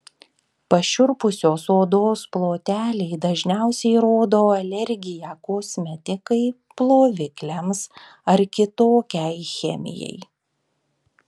pašiurpusios odos ploteliai dažniausiai rodo alergiją kosmetikai plovikliams ar kitokiai chemijai